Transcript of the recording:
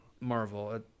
Marvel